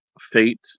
fate